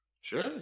sure